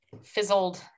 fizzled